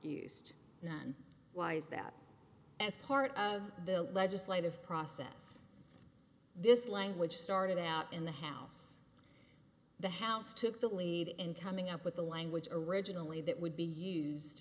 used then why is that as part of the legislative process this language started out in the house the house took the lead in coming up with the language originally that would be used